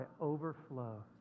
overflow